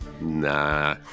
nah